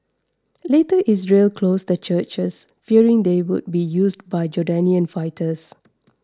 later Israel closed the churches fearing they would be used by Jordanian fighters